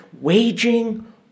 waging